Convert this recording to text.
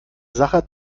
sacher